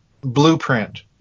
blueprint